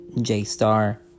J-Star